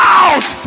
out